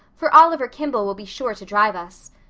for oliver kimball will be sure to drive us.